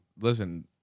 listen